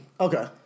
Okay